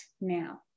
now